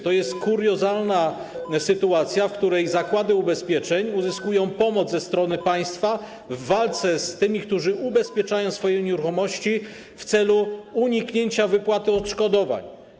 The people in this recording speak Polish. To jest kuriozalna sytuacja, w której zakłady ubezpieczeń uzyskują pomoc ze strony państwa w walce z tymi, którzy ubezpieczają swoje nieruchomości, w celu uniknięcia wypłaty odszkodowań.